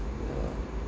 yeah